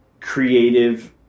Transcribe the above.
creative